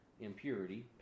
impurity